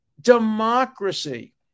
democracy